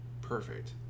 perfect